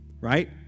Right